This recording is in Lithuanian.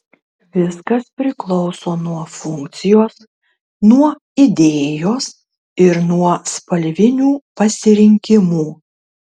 viskas priklauso nuo funkcijos nuo idėjos ir nuo spalvinių pasirinkimų